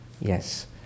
Yes